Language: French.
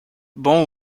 bons